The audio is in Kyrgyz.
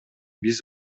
биз